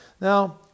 Now